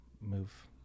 move